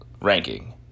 ranking